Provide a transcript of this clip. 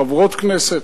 חברות כנסת,